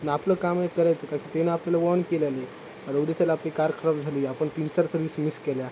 न आपलं काम आहे करायचं का की त्याने आपल्याला वॉन केलेलं आहे आता उद्याच्याला आपली कार खराब झाली आपण तीन चार सर्विस मिस केल्या